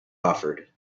offered